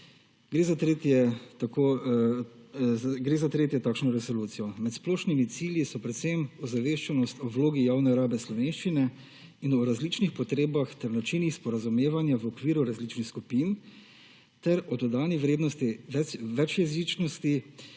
gre za tretjo takšno resolucijo. Med splošnimi cilji so predvsem ozaveščenost o vlogi javne rabe slovenščine in o različnih potrebah ter načinih sporazumevanja v okviru različnih skupin ter o dodani vrednosti večjezičnosti